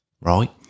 right